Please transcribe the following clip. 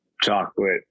chocolate